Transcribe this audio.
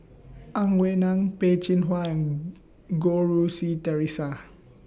Ang Wei Neng Peh Chin Hua and Goh Rui Si Theresa